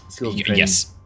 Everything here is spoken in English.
yes